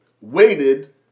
waited